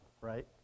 right